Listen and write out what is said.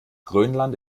grönland